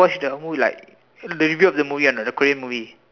watch the who like the repeat of the movie or not the Korean movie